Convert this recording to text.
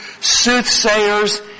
soothsayers